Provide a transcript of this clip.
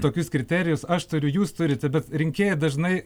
tokius kriterijus aš turiu jūs turite bet rinkėjai dažnai